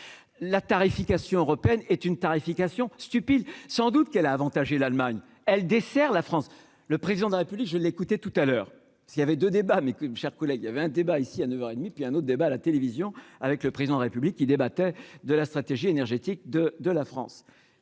la tarification européenne est une tarification stupide, sans doute, qu'elle a avantagé l'Allemagne elle dessert la France, le président de la République, je l'ai écouté tout à l'heure s'il y avait de débat mais qu'une, chers collègues, il y avait un débat ici à neuf heures et demie, puis un autre débat à la télévision avec le président République qui débattait de la stratégie énergétique de de la France,